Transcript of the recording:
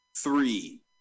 Three